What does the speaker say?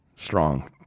Strong